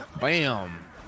Bam